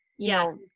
Yes